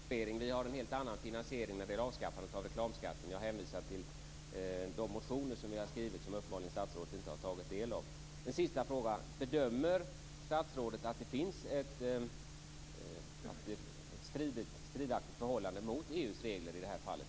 Fru talman! En korrigering. Vi har en helt annan finansiering för avskaffande av reklamskatten. Jag hänvisar till de motioner som vi har skrivit som uppenbarligen statsrådet inte tagit del av. En sista fråga: Bedömer statsrådet att det finns ett stridaktigt förhållande mot EU:s regler i det här fallet?